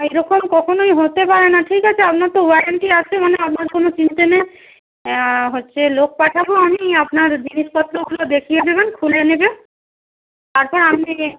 এরকম কখনোই হতে পারে না ঠিক আছে আপনার তো ওয়ারেন্টি আছে মানে আপনার কোনও চিন্তা নেই হচ্ছে লোক পাঠাব আমি আপনার জিনিসপত্রগুলো দেখিয়ে দেবেন খুলে নেবে তারপর আপনি